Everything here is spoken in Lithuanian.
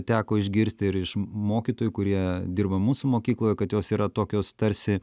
teko išgirsti ir iš mokytojų kurie dirba mūsų mokykloje kad jos yra tokios tarsi